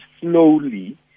slowly